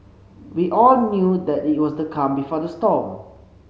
we all knew that it was the calm before the storm